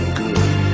good